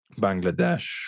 Bangladesh